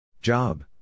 Job